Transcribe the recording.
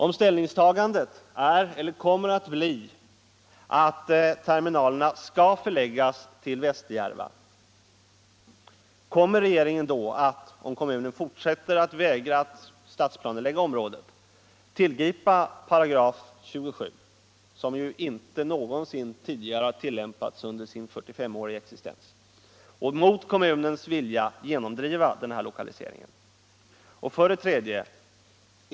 Om ställningstagandet är — eller kommer att bli — att terminalerna skall förläggas till Västerjärva och om kommunen fortsätter att vägra att stadsplanelägga området, kommer regeringen då att tillgripa 27 §, som ju inte någonsin tidigare har tillämpats under sin 45-åriga existens, och mot kommunens vilja genomdriva denna lokalisering? 3.